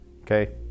Okay